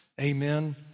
Amen